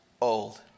old